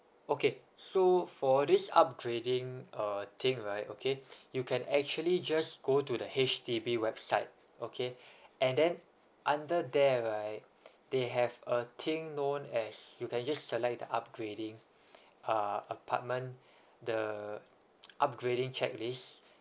okay so for this upgrading uh thing right okay you can actually just go to the H_D_B website okay and then under there right they have a thing known as you can just select the upgrading uh apartment the upgrading checklist